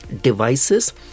devices